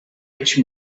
rich